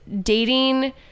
dating